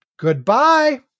Goodbye